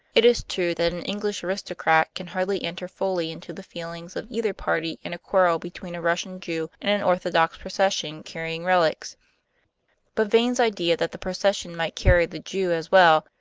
it is true that an english aristocrat can hardly enter fully into the feelings of either party in a quarrel between a russian jew and an orthodox procession carrying relics but vane's idea that the procession might carry the jew as well,